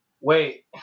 wait